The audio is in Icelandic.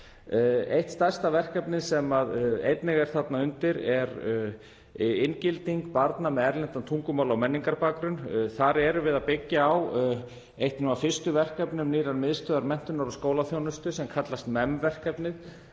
Eitt stærsta verkefnið, sem einnig er þarna undir, er inngilding barna með erlendan tungumála- og menningarbakgrunn. Þar erum við að byggja á einum af fyrstu verkefnum nýrrar Miðstöðvar menntunar og skólaþjónustu sem kallast MEMM-verkefnið,